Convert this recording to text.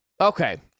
Okay